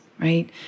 right